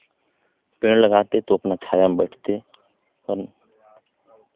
पेड़ लगाते तो अपना छाया में बैठते है ना